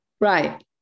Right